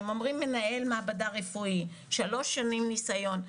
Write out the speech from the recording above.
הם אומרים מנהל מעבדה רפואי, שלוש שנים ניסיון.